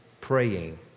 praying